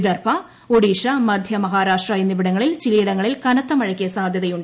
വിദർഭ ഒഡീഷ മധ്യ മഹാരാഷ്ട്ര എന്നിവിടങ്ങളിൽ ചിലയിടങ്ങളിൽ കനത്ത മഴയ്ക്ക് സാധ്യതയ്